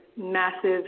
massive